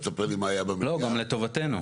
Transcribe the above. לא, גם לטובתנו.